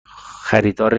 خریدار